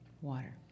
water